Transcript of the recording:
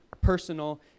personal